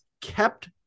kept